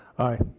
aye.